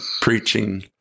preaching